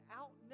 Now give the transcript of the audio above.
out